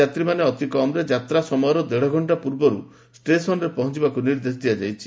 ଯାତ୍ରୀମାନେ ଅତି କମ୍ରେ ଯାତ୍ରା ସମୟର ଦେଢ଼ ଘଣ୍ଟା ପୂର୍ବରୁ ଷ୍ଟେସନ୍ରେ ପହଞ୍ଚିବାକୁ ନିର୍ଦ୍ଦେଶ ଦିଆଯାଇଛି